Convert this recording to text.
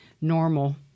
normal